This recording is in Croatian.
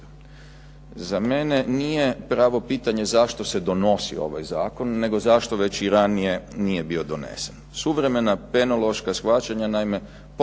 Za mene nije pravo pitanje zašto se donosi ovaj zakon, nego zašto već i ranije nije bio donesen? Suvremena penološka shvaćanja naime potpuno